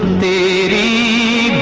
the